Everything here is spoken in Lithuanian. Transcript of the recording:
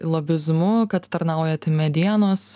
lobizmu kad tarnaujate medienos